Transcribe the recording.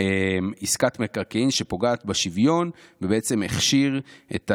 עסקת מקרקעין שפוגעת בשוויון, ובעצם הכשיר את,